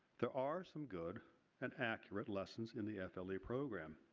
there are some good and accurate lessons in the f l e. program.